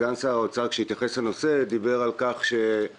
כאשר סגן שר האוצר התייחס לנושא הוא דיבר על כך שהמדיניות